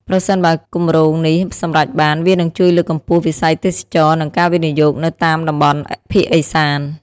ប្រសិនបើគម្រោងនេះសម្រេចបាន វានឹងជួយលើកកម្ពស់វិស័យទេសចរណ៍និងការវិនិយោគនៅតាមតំបន់ភាគឦសាន។